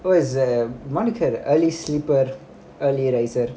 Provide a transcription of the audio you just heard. oh is a monica a early sleeper early riser